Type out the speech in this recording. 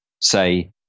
say